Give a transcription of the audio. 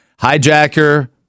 hijacker